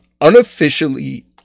unofficially